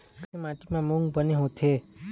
कइसे माटी म मूंग बने होथे?